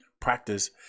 Practice